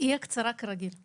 קודם כל,